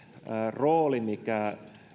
rooli mikä